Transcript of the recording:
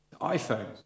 iPhone